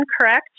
correct